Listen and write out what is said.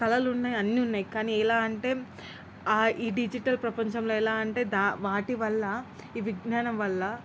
కళలు ఉన్నాయి అన్ని ఉన్నాయి కానీ ఎలా అంటే ఈ డిజిటల్ ప్రపంచంలో ఎలా అంటే దా వాటి వల్ల ఈ విజ్ఞానం వల్ల